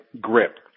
grip